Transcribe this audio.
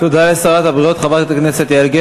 תודה לשרת הבריאות יעל גרמן.